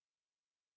okay